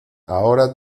ahora